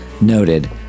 noted